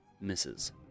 misses